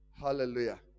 Hallelujah